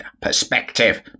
Perspective